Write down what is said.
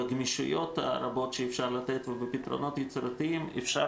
בגמישויות הרבות שאפשר לתת ובפתרונות היצירתיים אפשר